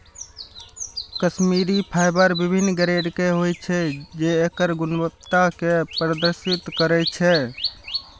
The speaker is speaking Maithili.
कश्मीरी फाइबर विभिन्न ग्रेड के होइ छै, जे एकर गुणवत्ता कें प्रदर्शित करै छै